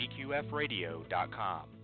GQFradio.com